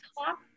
top